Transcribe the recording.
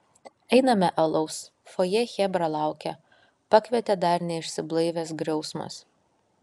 einame alaus fojė chebra laukia pakvietė dar neišsiblaivęs griausmas